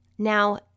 Now